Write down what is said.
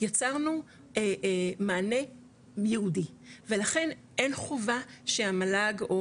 יצרנו מענה ייעודי ולכן אין חובה שהמל"ג,